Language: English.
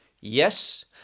yes